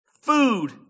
Food